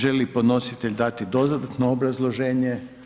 Želi li podnositelj dati dodatno obrazloženje?